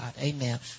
Amen